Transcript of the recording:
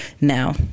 Now